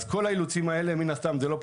אז כל האילוצים האלה מן הסתם זה לא פשוט,